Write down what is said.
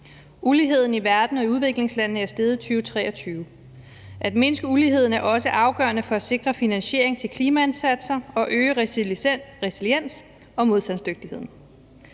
Uligheden i verden og i udviklingslandene er steget i 2023. At mindske uligheden er også afgørende for at sikre finansiering til klimaindsatser og øge resiliensen og modstandsdygtigheden.